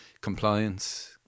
compliance